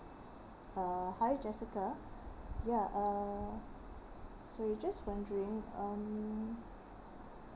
uh hi jessica ya uh so we just wondering um